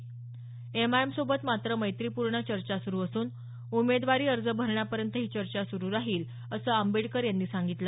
एआयएमआयएमसोबत मात्र मैत्रीपूर्ण चर्चा सुरू असून उमेदवारी अर्ज भरण्यापर्यंत ही चर्चा सुरू राहील असं आंबेडकर यांनी सांगितलं